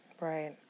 right